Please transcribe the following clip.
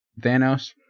Thanos